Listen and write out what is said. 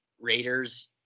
Raiders